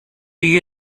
you